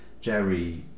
Jerry